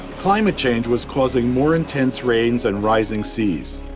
climate change was causing more intense rains and rising seas.